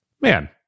man